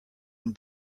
and